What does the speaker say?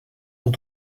ont